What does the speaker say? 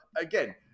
again